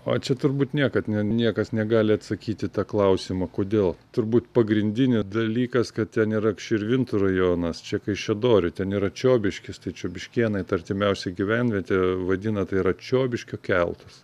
o čia turbūt niekad ne niekas negali atsakyt į tą klausimą kodėl turbūt pagrindinis dalykas kad ten yra širvintų rajonas čia kaišiadorių ten yra čiobiškis tai čia biškėnai ta artimiausia gyvenvietė vadina tai yra čiobiškio keltas